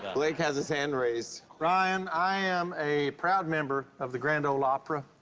blake has his hand raised. ryan, i am a proud member of the grand ole opera